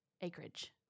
acreage